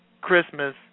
Christmas